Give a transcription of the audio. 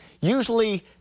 Usually